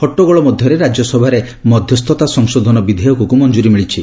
ହଟ୍ଟଗୋଳ ମଧ୍ୟରେ ରାଜ୍ୟସଭାରେ ମଧ୍ୟସ୍ଥତା ସଂଶୋଧନ ବିଧେୟକକୁ ମଞ୍ଜୁରୀ ମିଳିଛି